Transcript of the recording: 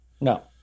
no